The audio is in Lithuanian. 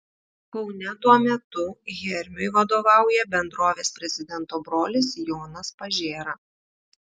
kaune tuo metu hermiui vadovauja bendrovės prezidento brolis jonas pažėra